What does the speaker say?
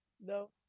No